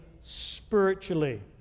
spiritually